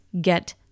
get